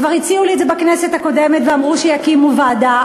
כבר הציעו לי את זה בכנסת הקודמת ואמרו שיקימו ועדה.